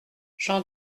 j’en